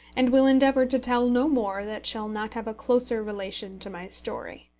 and will endeavour to tell no more that shall not have a closer relation to my story.